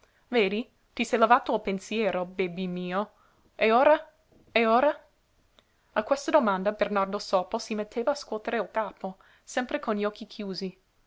vedi ti sei levato il pensiero bebi mio e ora e ora a questa domanda bernardo sopo si metteva a scuotere il capo sempre con gli occhi chiusi